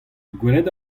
gwelet